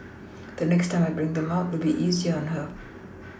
the next time I bring them out it'll be easier at her